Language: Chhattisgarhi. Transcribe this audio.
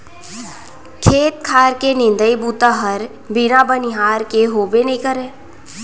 खेत खार के निंदई बूता हर बिना बनिहार के होबे नइ करय